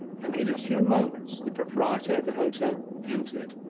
and in a few moments the proprietor of the hotel entered,